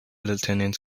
lieutenant